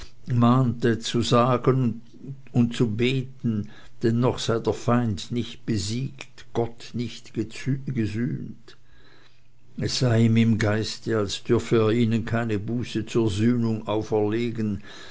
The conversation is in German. und zu beten denn noch sei der feind nicht besiegt gott nicht gesühnt es sei ihm im geiste als dürfe er ihnen keine buße zur sühnung auferlegen